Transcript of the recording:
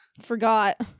forgot